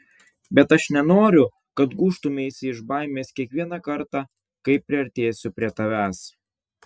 bet aš nenoriu kad gūžtumeisi iš baimės kiekvieną kartą kai priartėsiu prie tavęs